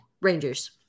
Rangers